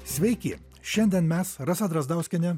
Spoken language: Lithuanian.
sveiki šiandien mes rasa drazdauskienė